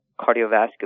cardiovascular